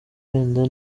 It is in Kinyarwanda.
wenda